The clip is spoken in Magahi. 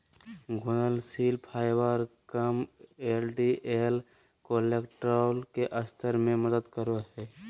घुलनशील फाइबर कम एल.डी.एल कोलेस्ट्रॉल के स्तर में मदद करो हइ